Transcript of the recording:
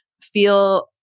feel